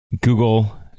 Google